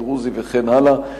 הדרוזי וכן הלאה.